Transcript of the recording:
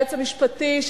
היועץ המשפטי,